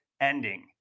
ending